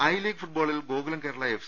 I League ഫുട്ബോളിൽ Gokulam Kerala F